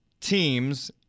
teams